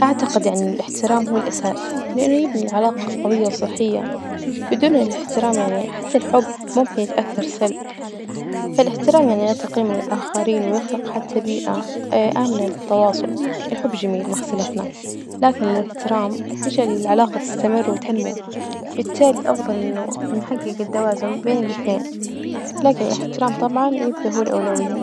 أعتقد يعني الإحترام هو الأساس، لإنه يبني لعلاقة قوية وصحية، بدون الإحترام يعني حتى الحب ممكن يتأثر سلب، فالإحترام يعني يعطي قيمة للآخرين ويخلق حتى بيئة آمنة للتواصل، الحب جميل ما إختلفنا، لكن الإحترام يجعل العلاقة تستمر وتنمو، بالتالي الأفضل إنه نحجج التوازن بين الاثنين، لكن الإحترام طبعا يبجى هو الأولوية.